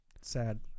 sad